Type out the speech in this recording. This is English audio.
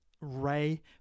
ray